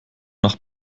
nach